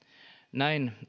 näin